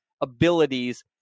abilities